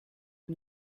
que